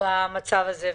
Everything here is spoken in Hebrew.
במצב הזה.